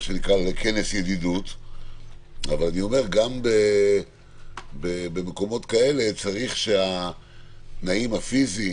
לכנס ידידות אבל אני אומר שגם במקומות כאלה צריך שהתנאים הפיזיים,